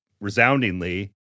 resoundingly